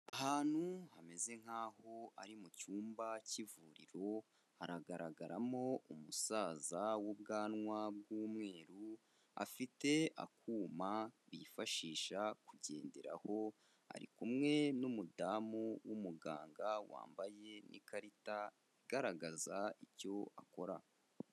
Ahantu hameze nk'aho ari mu cyumba cy'ivuriro, haragaragaramo umusaza w'ubwanwa bw'umweru, afite akuma bifashisha kugenderaho ari kumwe n'umudamu w'umuganga wambaye n'ikarita igaragaza icyo akora.